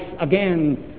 again